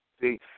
See